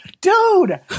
Dude